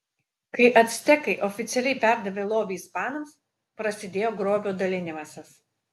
kai actekai oficialiai perdavė lobį ispanams prasidėjo grobio dalinimasis